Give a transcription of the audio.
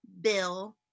Bill